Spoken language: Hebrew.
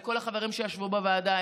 לכל החברים שישבו בוועדה,